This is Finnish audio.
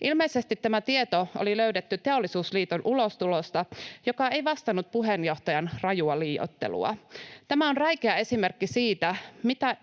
Ilmeisesti tämä tieto oli löydetty Teollisuusliiton ulostulosta, joka ei vastannut puheenjohtajan rajua liioittelua. Tämä on räikeä esimerkki siitä,